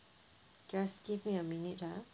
just give me a minute ah